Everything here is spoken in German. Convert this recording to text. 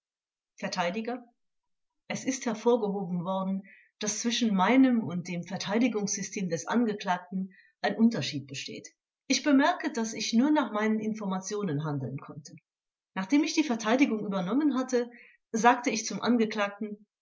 vert es ist hervorgehoben worden daß zwischen meinem und dem verteidigungssystem des angeklagten ein unterschied besteht ich bemerke daß ich nur nach meinen informationen handeln konnte nachdem ich die verteidigung übernommen hatte sagte ich zum angeklagten